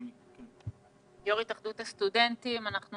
יושב-ראש התאחדות הסטודנטים, בבקשה.